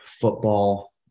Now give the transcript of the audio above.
football